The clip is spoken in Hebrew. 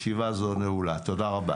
תודה רבה